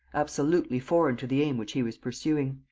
absolutely foreign to the aim which he was pursuing.